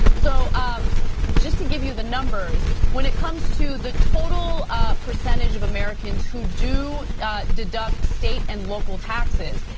so um just to give you the numbers, when it comes to the total percentage of americans who do deduct state and local taxes,